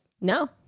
No